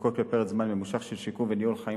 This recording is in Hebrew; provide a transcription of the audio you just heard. שזקוקות לפרק זמן ממושך של שיקום וניהול חיים